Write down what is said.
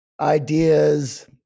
ideas